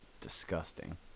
disgusting